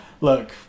Look